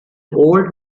old